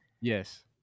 yes